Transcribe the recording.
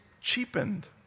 cheapened